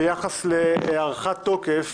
ביחס להארכת תוקף